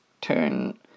turn